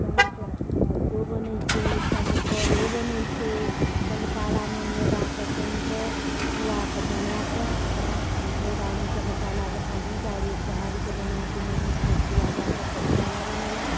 तहनसे अनरसो बनै छै चन्द्रकलो बनै छै चन्द्रकलामे मैदाके सानिकऽ खोआके बनाकऽ ओकरा मैदामे चन्द्रकलाजकाँ दुइ टा रो सोहारीके बनाकऽ ओहिमे बीचमे खोआ दऽ कऽ चन्द्रकला बनेलहुँ